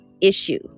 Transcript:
issue